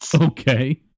Okay